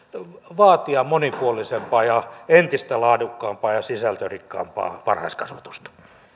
vaatia monipuolisempaa ja entistä laadukkaampaa ja sisältörikkaampaa varhaiskasvatusta